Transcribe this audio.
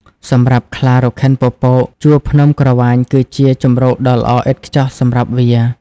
សម្រាប់ខ្លារខិនពពក ជួរភ្នំក្រវាញគឺជាជម្រកដ៏ល្អឥតខ្ចោះសម្រាប់វា។